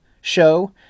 show